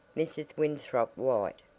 mrs. winthrop white,